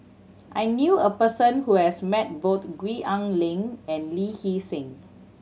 I knew a person who has met both Gwee Ah Leng and Lee Hee Seng